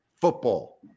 football